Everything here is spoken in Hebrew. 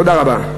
תודה רבה.